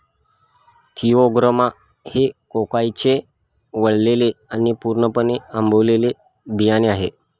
Theobroma हे कोकाओचे वाळलेले आणि पूर्णपणे आंबवलेले बियाणे आहे